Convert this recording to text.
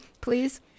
please